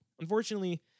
unfortunately